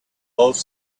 both